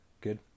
good